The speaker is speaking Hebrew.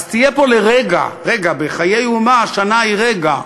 אז תהיה פה לרגע, בחיי אומה שנה היא רגע,